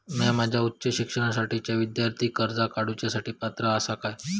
म्या माझ्या उच्च शिक्षणासाठीच्या विद्यार्थी कर्जा काडुच्या साठी पात्र आसा का?